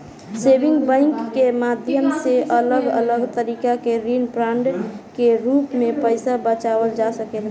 saving bank के माध्यम से अलग अलग तरीका के ऋण बांड के रूप में पईसा बचावल जा सकेला